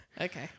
Okay